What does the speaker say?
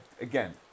again